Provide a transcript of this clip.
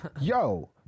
yo